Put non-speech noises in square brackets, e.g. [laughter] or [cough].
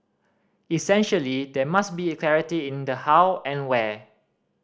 essentially there must be [unintelligible] clarity in the how and where